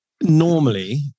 normally